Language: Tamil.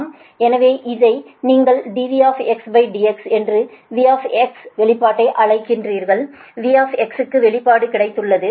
எனவே இதை நீங்கள் dVdx என்று V வெளிப்பாடை அழைக்கிறீர்கள் V க்கு வெளிப்பாடு கிடைத்துள்ளது